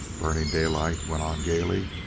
burning daylight went on gaily.